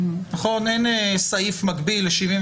אין סעיף מגביל ל-71,